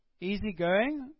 easygoing